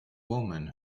woman